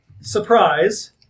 surprise